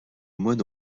moine